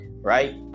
right